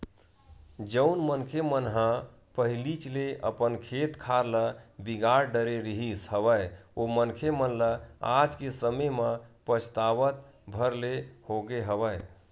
जउन मनखे मन ह पहिलीच ले अपन खेत खार ल बिगाड़ डरे रिहिस हवय ओ मनखे मन ल आज के समे म पछतावत भर ले होगे हवय